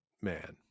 man